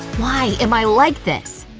why am i like this!